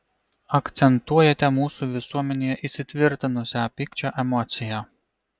akcentuojate mūsų visuomenėje įsitvirtinusią pykčio emociją